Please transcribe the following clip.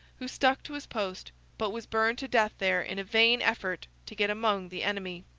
who stuck to his post, but was burned to death there in a vain effort to get among the enemy.